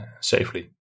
safely